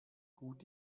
gut